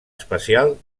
especial